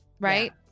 right